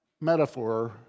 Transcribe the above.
metaphor